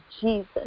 Jesus